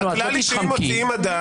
הכלל הוא שאם מוציאים אדם,